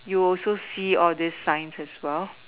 you will also see all these signs as well